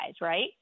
Right